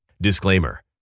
Disclaimer